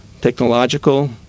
technological